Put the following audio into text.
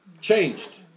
changed